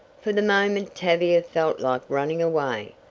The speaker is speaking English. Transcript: for the moment tavia felt like running away.